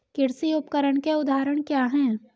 कृषि उपकरण के उदाहरण क्या हैं?